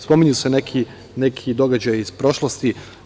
Spominju se neki događaji iz prošlosti.